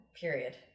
period